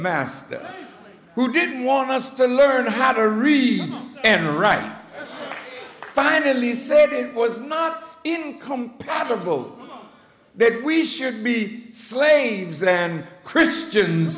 master who didn't want us to learn how to read and write finally said it was not income probable that we should be slaves and christians